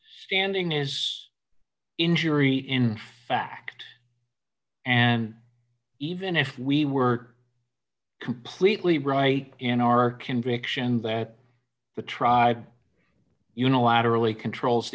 standing as injury in fact and even if we were completely right in our conviction that the tribe unilaterally controls